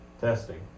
Testing